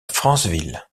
franceville